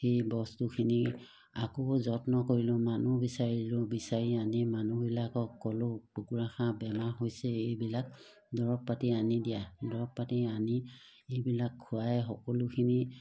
সেই বস্তুখিনি আকৌ যত্ন কৰিলোঁ মানুহ বিচাৰিলোঁ বিচাৰি আনি মানুহবিলাকক ক'লোঁ কুকুৰা হাঁহ বেমাৰ হৈছে এইবিলাক দৰৱ পাতি আনি দিয়া দৰৱ পাতি আনি এইবিলাক খোৱাই সকলোখিনি